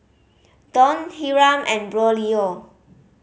Dawn Hiram and Braulio